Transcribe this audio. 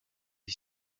est